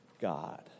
God